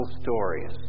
stories